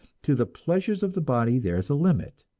to the pleasures of the body there is a limit,